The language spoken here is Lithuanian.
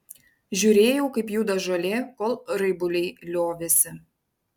žiūrėjau kaip juda žolė kol raibuliai liovėsi